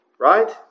Right